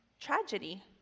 tragedy